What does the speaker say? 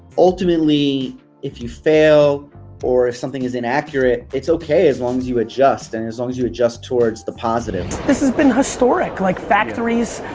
ultimately if you fail or if something is inaccurate, it's okay. as long as you adjust. and as long as you adjust towards the positive. this has been historic. like factories,